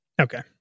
Okay